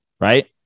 right